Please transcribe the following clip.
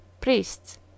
Priests